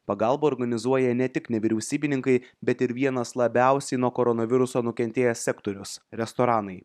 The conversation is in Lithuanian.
pagalbą organizuoja ne tik nevyriausybininkai bet ir vienas labiausiai nuo koronaviruso nukentėjęs sektorius restoranai